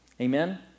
Amen